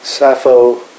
Sappho